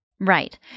Right